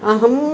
अहम्